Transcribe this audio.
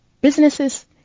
businesses